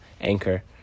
Anchor